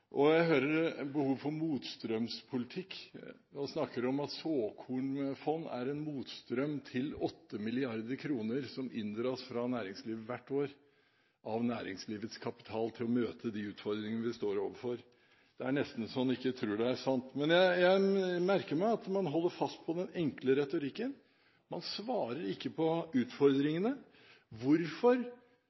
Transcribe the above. verdifull. Jeg hører behov for motstrømspolitikk – man snakker om at såkornfond er en motstrøm til 8 mrd. kr som inndras fra næringslivet hvert år, av næringslivets kapital, til å møte de utfordringene som vi står overfor. Det er nesten så en ikke tror det er sant. Men jeg merker meg at man holder fast på den enkle retorikken. Man svarer ikke på utfordringene. Hvorfor